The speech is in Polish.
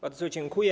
Bardzo dziękuję.